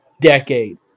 decade